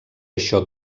això